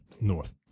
North